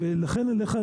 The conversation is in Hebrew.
ולכן אני פונה אליך,